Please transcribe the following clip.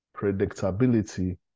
predictability